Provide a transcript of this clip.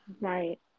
Right